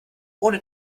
ohne